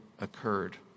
occurred